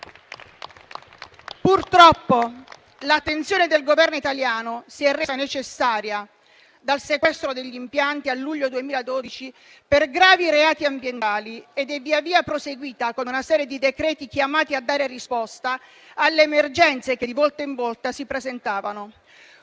Purtroppo, l'attenzione del Governo italiano si è resa necessaria dal sequestro degli impianti nel luglio 2012 per gravi reati ambientali ed è via via proseguita con una serie di decreti-legge chiamati a dare risposta alle emergenze che di volta in volta si presentavano.